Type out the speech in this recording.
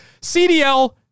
CDL